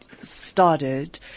started